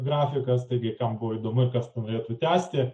grafikas taigi kam įdomu ir kas norėtų tęsti